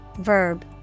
verb